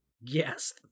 Yes